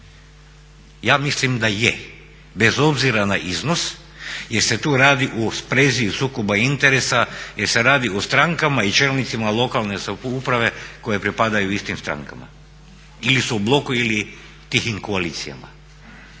Ja mislim da je bez obzira na iznos jer se tu radi u sprezi sukoba interesa, jer se radi o strankama i čelnicima lokalne samouprave koje pripadaju istim strankama ili su u bloku ili tihim koalicijama.